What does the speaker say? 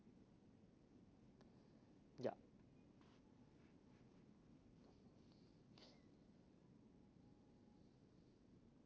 ya